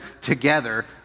together